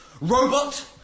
Robot